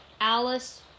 Alice